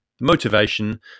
motivation